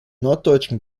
norddeutschen